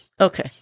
Okay